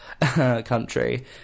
country